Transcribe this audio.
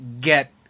get